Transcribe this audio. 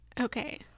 Okay